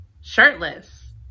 shirtless